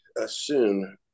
assume